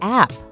app